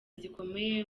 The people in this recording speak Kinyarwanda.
zikomeye